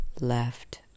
left